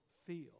feel